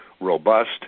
robust